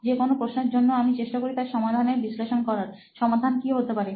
যে কোনো প্রশ্নের জন্য আমি চেষ্টা করি তার সমাধানের বিশ্লেষণ করার সমাধান কি হতে পারে